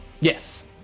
Yes